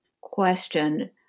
question